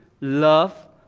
love